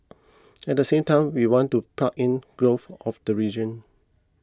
at the same time we want to plug in growth of the region